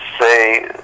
say